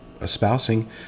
espousing